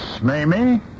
Mamie